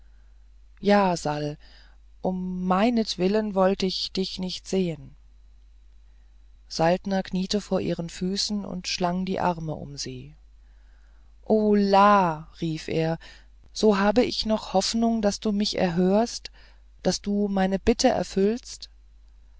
ja sal um meinetwillen wollt ich dich nicht sehen saltner kniete zu ihren füßen und schlang die arme um sie o la rief er so habe ich noch die hoffnung daß du mich erhörst daß du meine bitte erfüllst